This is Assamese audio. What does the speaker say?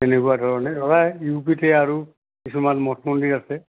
তেনেকুৱা ধৰণে ধৰা এই ইউ পি তে আৰু কিছুমান মঠ মন্দিৰ আছে